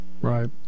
Right